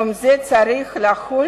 יום זה צריך לחול